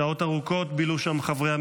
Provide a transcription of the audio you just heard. שעות ארוכות בילו שם חברי הממשלה,